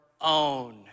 own